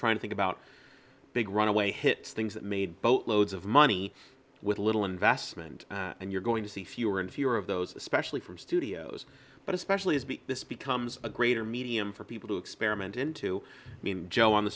try to think about big runaway hits things that made boatloads of money with little investment and you're going to see fewer and fewer of those especially from studios but especially as this becomes a greater medium for people to experiment into mean joe on the